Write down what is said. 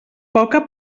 poca